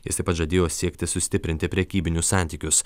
jis taip pat žadėjo siekti sustiprinti prekybinius santykius